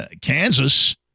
Kansas